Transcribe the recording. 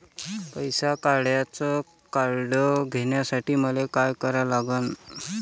पैसा काढ्याचं कार्ड घेण्यासाठी मले काय करा लागन?